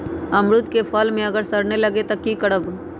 अमरुद क फल म अगर सरने लगे तब की करब?